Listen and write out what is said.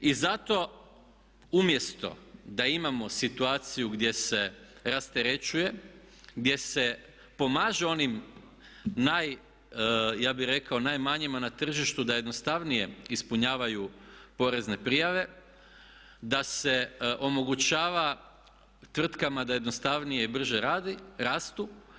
I zato umjesto da imamo situaciju gdje se rasterećuje, gdje se pomaže onim naj, ja bih rekao najmanjima na tržištu da jednostavnije ispunjavaju porezne prijave, da se omogućava tvrtkama da jednostavnije i brže rastu.